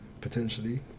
potentially